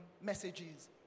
messages